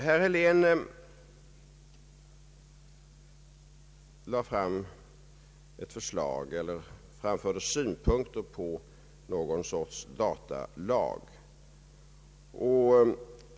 Herr Helén framförde synpunkter angående en sorts datalag.